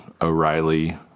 O'Reilly